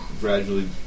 gradually